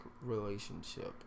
relationship